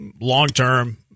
long-term